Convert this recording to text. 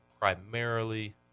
primarily